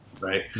right